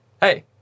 Hey